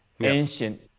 Ancient